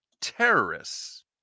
terrorists